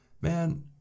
man